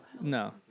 No